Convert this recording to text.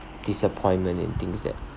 disappointment and things that